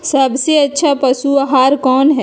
सबसे अच्छा पशु आहार कोन हई?